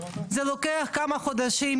בכל הצבעה צריך לשאול מי נמנע.